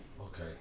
Okay